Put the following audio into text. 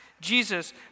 Jesus